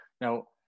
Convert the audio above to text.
Now